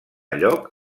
lloc